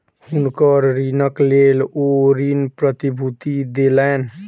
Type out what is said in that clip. हुनकर ऋणक लेल ओ ऋण प्रतिभूति देलैन